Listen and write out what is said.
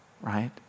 Right